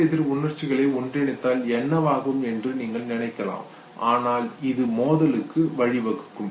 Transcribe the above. எதிரெதிர் உணர்ச்சிகளை ஒன்றாக இணைத்தால் என்னவாகும் என்று நீங்கள் நினைக்கலாம் ஆனால் இது மோதலுக்கு வழிவகுக்கும்